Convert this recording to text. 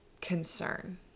concern